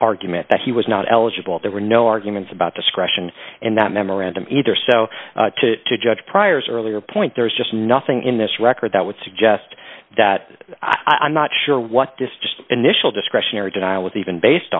argument that he was not eligible there were no arguments about discretion in that memorandum either so to judge prior's earlier point there's just nothing in this record that would suggest that i'm not sure what this just initial discretionary denial was even based